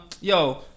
yo